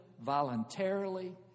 voluntarily